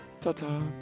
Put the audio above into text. ta-ta